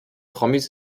promis